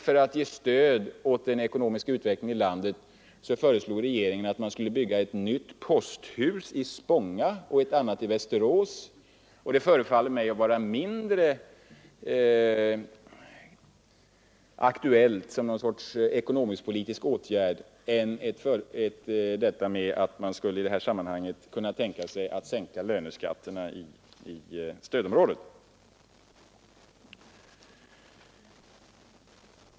För att ge stöd åt den ekonomiska utvecklingen i landet föreslog regeringen t.ex. i höstas att man skulle bygga ett nytt posthus i Spånga och ett annat i Västerås. Det förefaller mig vara en mindre aktuell ekonomisk-politisk åtgärd än att sänka löneskatten i stödområdet.